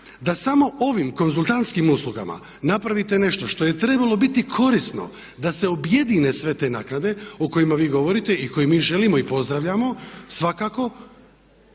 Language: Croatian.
da samo ovim konzultantskim uslugama napravite nešto što je trebalo biti korisno da se objedine sve te naknade o kojima vi govorite i koje mi želimo i pozdravljamo svakako